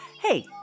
Hey